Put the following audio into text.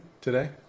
today